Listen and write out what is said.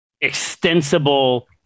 extensible